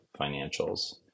financials